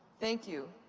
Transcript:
thank you.